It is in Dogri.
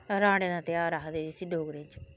राह्ड़ें दा ध्यार जिसी आक्खदे डोगरी च